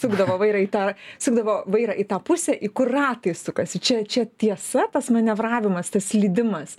sukdavo vairą į tą sukdavo vairą į tą pusę į kur ratai sukasi čia čia tiesa tas manevravimas tas slydimas